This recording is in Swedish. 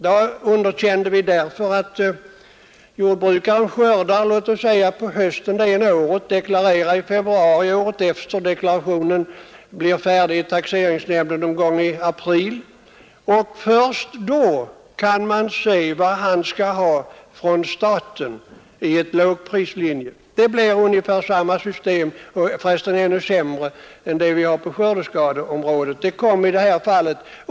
Det underkände vi därför att jordbrukaren skördar på hösten det ena året, han deklarerar i februari året efter, och deklarationen blir färdig i taxeringsnämnden någon gång i april. Först då kan man med en lågprislinje säga vad han skall ha från staten. Det blir ett ännu sämre system än det vi har på skördeskadeområdet.